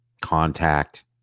Contact